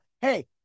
Hey